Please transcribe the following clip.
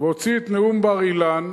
והוציא את נאום בר-אילן,